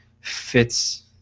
fits